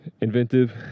inventive